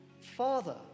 Father